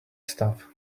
stuff